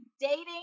dating